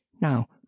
Now